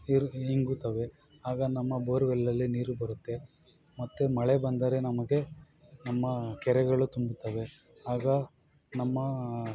ನೀರು ಇಂಗುತ್ತವೆ ಆಗ ನಮ್ಮ ಬೋರ್ವೆಲ್ಲಲ್ಲಿ ನೀರು ಬರುತ್ತೆ ಮತ್ತೆ ಮಳೆ ಬಂದರೆ ನಮಗೆ ನಮ್ಮ ಕೆರೆಗಳು ತುಂಬುತ್ತವೆ ಆಗ ನಮ್ಮ